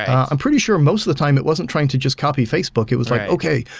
i'm pretty sure most the time it wasn't trying to just copy facebook. it was, like okay,